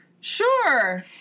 Sure